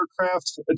aircraft